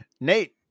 Nate